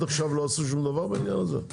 עד עכשיו לא עשו שום דבר בעניין הזה?